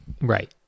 Right